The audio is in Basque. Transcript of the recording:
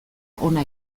hona